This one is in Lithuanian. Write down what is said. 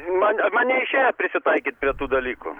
man man neišėjo prisitaikyt prie tų dalykų